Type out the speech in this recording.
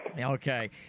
okay